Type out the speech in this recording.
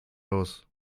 aus